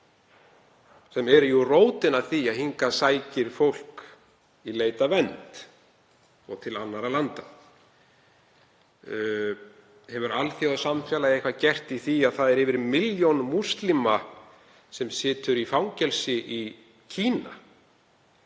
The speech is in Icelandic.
sem eru jú rótin að því að hingað sækir fólk í leit að vernd, og til annarra landa? Hefur alþjóðasamfélagið gert eitthvað í því að það eru yfir milljón múslimar sem sitja í fangelsi í Kína